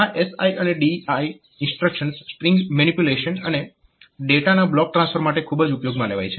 આ SI અને DI instructions string manipulation અને ડેટાના બ્લોક ટ્રાન્સફર માટે ખૂબ ઉપયોગમાં લેવાય છે